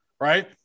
right